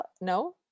No